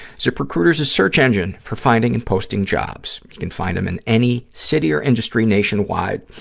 ziprecruiter is a search engine for finding and posting jobs. you can find them in any city or industry nationwide.